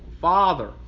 father